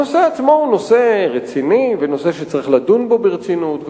הנושא עצמו הוא נושא רציני ונושא שצריך לדון בו ברצינות,